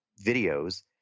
videos